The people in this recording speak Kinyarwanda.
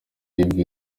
wibwe